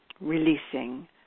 releasing